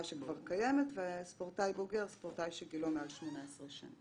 (3)במקום סעיף קטן (ג) יבוא: "(ג)לעניין סעיף זה